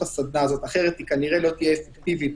הסדנה הזאת אחרת היא לא תהיה אפקטיבית,